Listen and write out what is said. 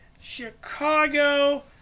Chicago